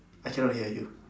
I cannot hear you